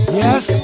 yes